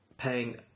paying